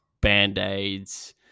Band-Aids